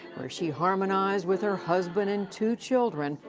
where she harmonized with her husband and two children,